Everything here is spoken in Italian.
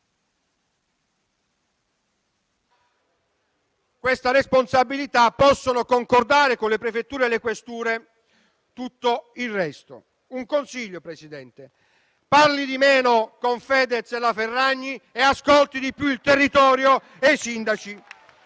automaticamente)* ... possono concordare con le prefetture e le questure tutto il resto. Un consiglio, signor Presidente: parli di meno con Fedez e la Ferragni e ascolti di più il territorio e i sindaci.